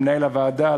למנהל הוועדה,